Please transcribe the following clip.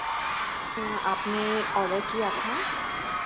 आपने ऑर्डर किया था